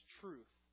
truth